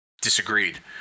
disagreed